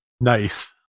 Nice